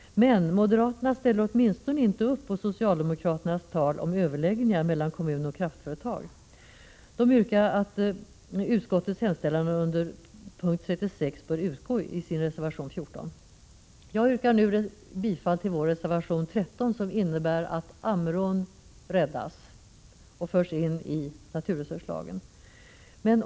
Men moderaterna ställer sig inte bakom socialdemokraternas krav på överläggningar mellan kommun och kraftföretag. Moderaterna yrkar i sin reservation 14 att utskottets hemställan under punkt 36 bör utgå. Jag yrkar bifall till vår reservation 13, som innebär att Ammerån räddas och förs in i naturresursla 127 gen.